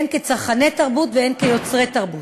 הן כצרכני תרבות והן כיוצרי תרבות.